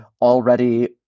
already